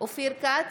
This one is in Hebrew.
אופיר כץ,